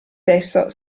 testo